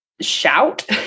shout